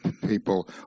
people